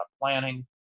planning